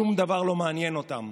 המשכנתה,